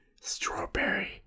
Strawberry